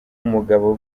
umugabo